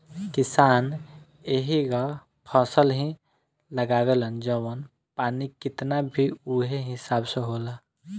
किसान एहींग फसल ही लगावेलन जवन पानी कितना बा उहे हिसाब से होला